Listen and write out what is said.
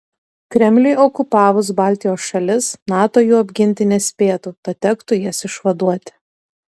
kremliui okupavus baltijos šalis nato jų apginti nespėtų tad tektų jas išvaduoti